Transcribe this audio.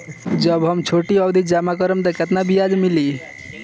जब हम छोटी अवधि जमा करम त ब्याज केतना मिली?